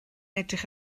edrych